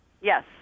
Yes